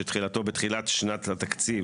שתחילתו בתחילת שנת התקציב.